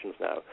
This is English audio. now